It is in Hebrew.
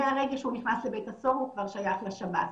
מרגע שהוא נכנס לבית הסוהר זה כבר שייך לשב"ס,